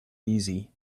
easy